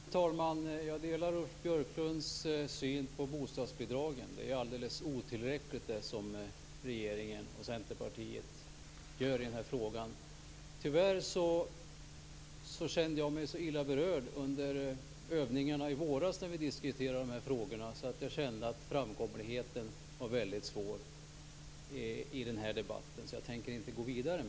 Fru talman! Jag delar Ulf Björklunds syn på bostadsbidragen. Det som regeringen och Centerpartiet föreslår är alldeles otillräckligt. Tyvärr kände jag mig illa berörd under övningarna i våras när vi diskuterade dessa frågor. Jag kände att framkomligheten i debatten var väldigt dålig, så jag tänker inte gå vidare.